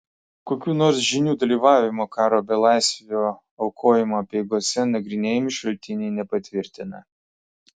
kokių nors žynių dalyvavimo karo belaisvio aukojimo apeigose nagrinėjami šaltiniai nepatvirtina